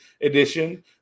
edition